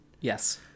Yes